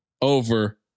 over